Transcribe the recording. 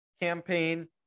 campaign